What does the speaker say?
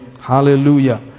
Hallelujah